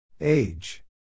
Age